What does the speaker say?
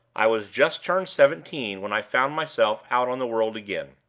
i was just turned seventeen when i found myself out on the world again.